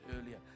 earlier